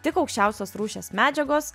tik aukščiausios rūšies medžiagos